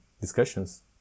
discussions